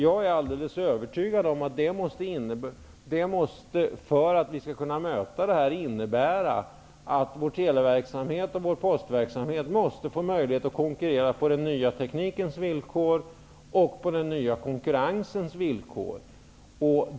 Jag är alldeles övertygad om att det, för att vi skall kunna möta den här situationen, måste innebära att vår tele och postverksamhet skall ha möjlighet att konkurrera på den nya teknikens och den nya konkurrensens villkor.